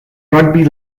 rugby